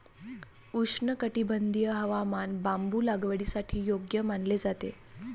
उष्णकटिबंधीय हवामान बांबू लागवडीसाठी योग्य मानले जाते